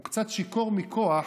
הוא קצת שיכור מכוח,